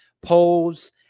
polls